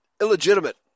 illegitimate